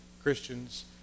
Christians